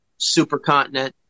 supercontinent